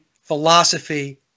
philosophy